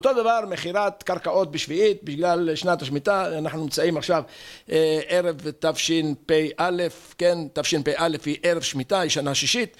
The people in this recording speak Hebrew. אותו דבר מחירת קרקעות בשביעית בגלל שנת השמיטה, אנחנו נמצאים עכשיו ערב תשפ"א, כן, תשפ"א היא ערב שמיטה, היא שנה שישית.